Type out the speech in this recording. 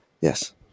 yes